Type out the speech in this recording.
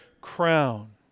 crown